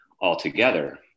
altogether